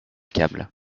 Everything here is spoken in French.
câble